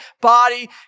body